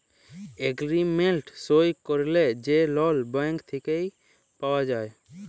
agreement সই ক্যইরে যে লল ব্যাংক থ্যাইকে পাউয়া যায়